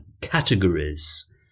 categories